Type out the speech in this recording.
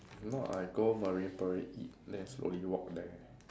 if not I go Marine Parade eat then I slowly walk there